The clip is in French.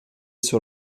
sur